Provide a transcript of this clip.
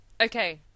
Okay